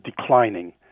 declining